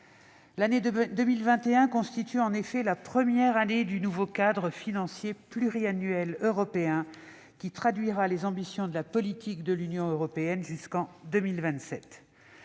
effet, 2021 constitue la première année du nouveau cadre financier pluriannuel européen, qui traduira les ambitions de la politique de l'Union européenne jusqu'en 2027.